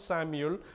Samuel